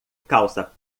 calça